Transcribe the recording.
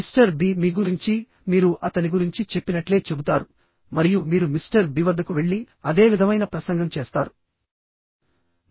mister B మీ గురించి మీరు అతని గురించి చెప్పినట్లే చెబుతారు మరియు మీరు మిస్టర్ బి వద్దకు వెళ్లి అదే విధమైన ప్రసంగం చేస్తారు